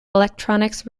electronics